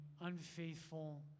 unfaithful